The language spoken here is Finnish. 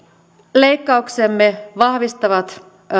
leikkauksemme vahvistavat